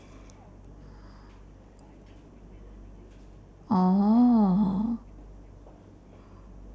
oh